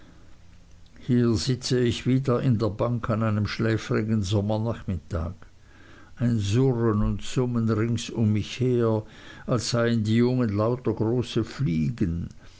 hier sitze ich wieder in der bank an einem schläfrigen sommernachmittag ein surren und summen rings um mich her als seien die jungen lauter große fliegen